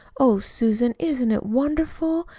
oh, susan, isn't it wonderful?